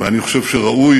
אני חושב שראוי